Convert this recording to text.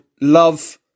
Love